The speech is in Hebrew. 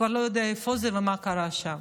וכבר לא יודע איפה זה ומה קרה שם.